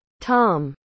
Tom